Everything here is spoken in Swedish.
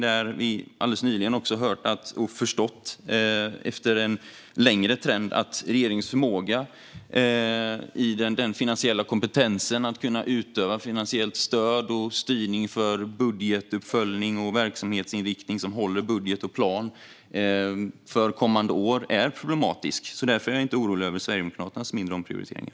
Trenden har länge visat att regeringen har problem med sin finansiella kompetens vad gäller att kunna ge finansiellt stöd och styrning när det kommer till budgetuppföljning och att verksamhetsinriktning håller budget och plan för kommande år. Därför är jag inte orolig för Sverigedemokraternas mindre omprioriteringar.